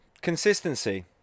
consistency